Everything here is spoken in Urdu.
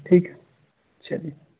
ٹھیک ہے چلیے